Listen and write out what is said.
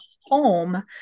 home